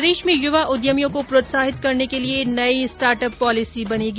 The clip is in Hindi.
प्रदेश में युवा उद्यमियों को प्रोत्साहित करने के लिये नई स्टार्टअप पॉलिसी बनेगी